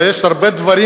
ויש הרבה דברים,